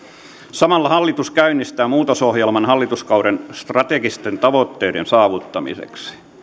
samalla hallitus käynnistää muutosohjelman hallituskauden strategisten tavoitteiden saavuttamiseksi